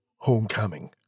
Homecoming